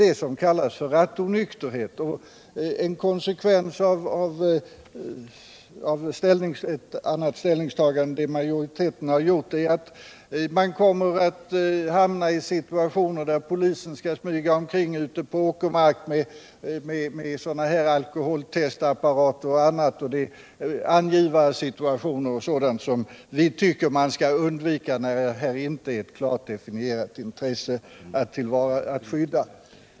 En konsekvens av ett annat ställningstagande än utskottsmajoritetens är att man kommer att hamna i situationer där polisen skall ute på åkermark behöva utöva kontroll med alkoholtestapparater o. d. Man kan också befara angivarsituationer och annat som vi tycker att man skall undvika när det inte finns ett klart definierat intresse att skydda.